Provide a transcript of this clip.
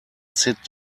sit